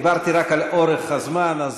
דיברתי רק על אורך הזמן.